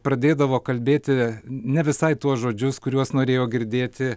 pradėdavo kalbėti ne visai tuos žodžius kuriuos norėjo girdėti